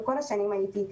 כל השנים הייתי,